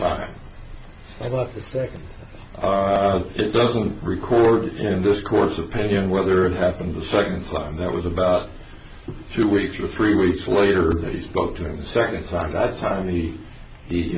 time i left the second doesn't record in this course opinion whether it happened the second time that was about two weeks or three weeks later that he spoke to him the second time that time he the